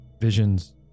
visions